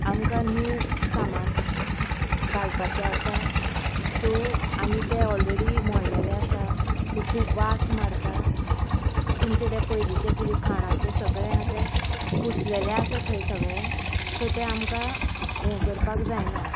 आमकां न्यू सामान घालपाचें आसा सो आनी ते ऑलरेडी मोडलेले आसा थंय खूब वास मारता तुमचे ते पयलींचे कितें खाणाचे सगळे आहा ते कुसलेले आसा थंय सगळें सो ते आमकां हें करपाक जायना